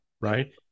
Right